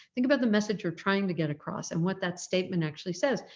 think about the message you're trying to get across and what that statement actually says.